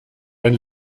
ein